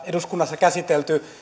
eduskunnassa käsitelty